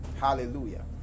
Hallelujah